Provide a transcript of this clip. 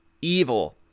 evil